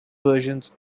versions